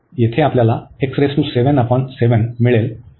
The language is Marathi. येथे आपल्याला मिळेल